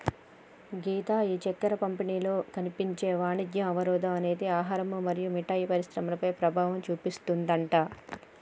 గీత ఈ చక్కెర పంపిణీలో కనిపించే వాణిజ్య అవరోధం అనేది ఆహారం మరియు మిఠాయి పరిశ్రమలపై ప్రభావం చూపిస్తుందట